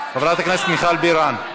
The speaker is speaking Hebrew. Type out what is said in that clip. חברת הכנסת מיכל בירן,